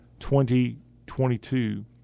2022